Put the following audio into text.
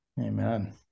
Amen